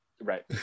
right